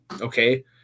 okay